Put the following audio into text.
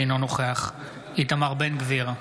אינו נוכח איתמר בן גביר,